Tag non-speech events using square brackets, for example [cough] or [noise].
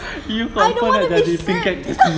I don't want to be served [laughs]